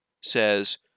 says